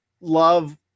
love